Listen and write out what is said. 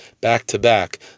back-to-back